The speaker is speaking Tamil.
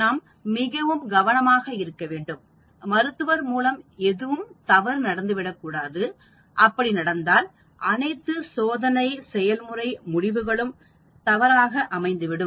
நாம் மிகவும் கவனமாக இருக்க வேண்டும் மருத்துவர் மூலம் எதுவும் தவறு நடந்துவிடக் கூடாது அப்படி நடந்தால் அனைத்து சோதனை செயல்முறை முடிவுகளும் தவறாக அமைந்துவிடும்